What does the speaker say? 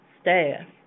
staff